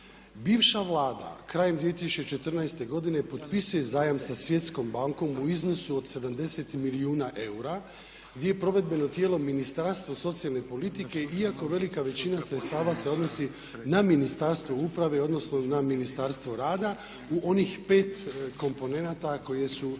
Bivša Vlada krajem 2014. godine potpisuje zajam sa Svjetskom bankom u iznosu od 70 milijuna eura gdje je provedbeno tijelo Ministarstvo socijalne politike iako velika većina sredstava se odnosi na Ministarstvo uprave odnosno na Ministarstvo rada u onih 5 komponenata koje su bile